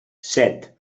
set